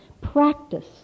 practice